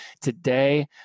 Today